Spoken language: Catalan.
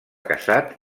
casat